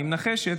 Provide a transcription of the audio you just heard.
אני מנחשת.